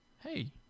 hey